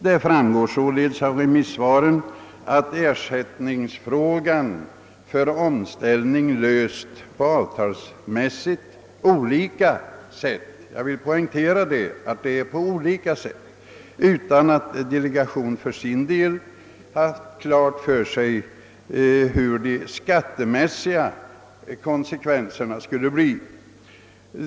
Det framgår således av remissvaren att ersättningsfrågan i samband med omställning lösts på avtalsmässigt olika sätt — jag vill poängtera detta — utan att förhandlingsdelegationen för sin del haft klart för sig vilka de skattemässiga konsekvenserna skulle bli.